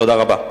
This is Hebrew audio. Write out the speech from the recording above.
תודה רבה.